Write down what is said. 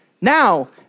Now